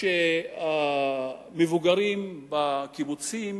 שלמבוגרים בקיבוצים